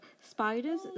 Spiders